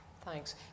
Thanks